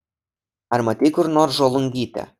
ar matei kur nors žolungytę